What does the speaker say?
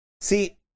See